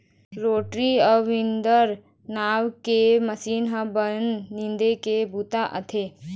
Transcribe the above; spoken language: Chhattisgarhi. रोटरी अउ वीदर नांव के मसीन ह बन निंदे के बूता आथे